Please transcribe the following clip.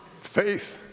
faith